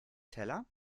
teller